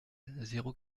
zéro